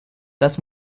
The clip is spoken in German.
das